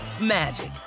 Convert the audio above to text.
magic